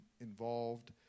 involved